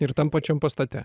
ir tam pačiam pastate